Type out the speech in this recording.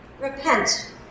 repent